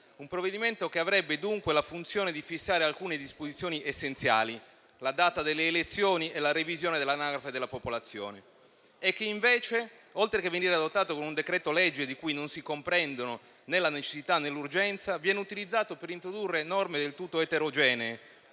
un provvedimento che avrebbe, dunque, la funzione di fissare alcune disposizioni essenziali, la data delle elezioni e la revisione dell'anagrafe della popolazione e che invece, oltre che venire adottato con un decreto-legge di cui non si comprendono né la necessità, né l'urgenza, viene utilizzato per introdurre norme del tutto eterogenee